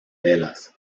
velas